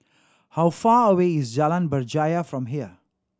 how far away is Jalan Berjaya from here